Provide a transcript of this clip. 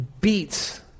beats